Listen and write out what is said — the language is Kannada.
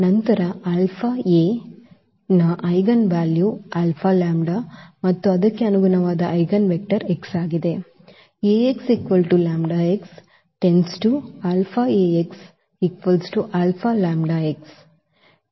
ನಂತರ • αA ನ ಐಜೆನ್ ವ್ಯಾಲ್ಯೂ ಮತ್ತು ಅದಕ್ಕೆ ಅನುಗುಣವಾದ ಐಜೆನ್ವೆಕ್ಟರ್ x ಆಗಿದೆ